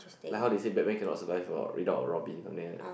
like how they say Batman cannot survive for without a Robin something like that